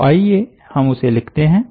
तो आईये हम उसे लिखते हैं